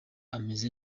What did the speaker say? ameze